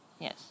Yes